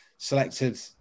selected